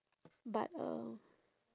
but uh